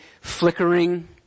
flickering